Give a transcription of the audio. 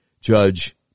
Judge